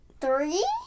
three